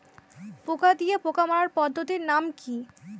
পোকা দিয়ে পোকা মারার পদ্ধতির নাম কি?